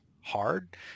hard